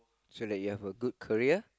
so that you have a good career